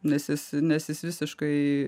nes jis nes jis visiškai